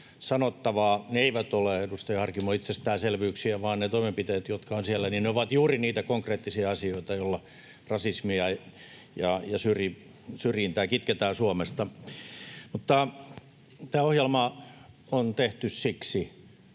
sanottavaa. Ne eivät ole, edustaja Harkimo, itsestäänselvyyksiä, vaan ne toimenpiteet, jotka ovat siellä, ovat juuri niitä konkreettisia asioita, joilla rasismia ja syrjintää kitketään Suomesta. Mutta tämä ohjelma on tehty siksi,